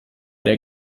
der